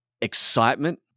excitement